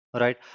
Right